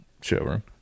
showroom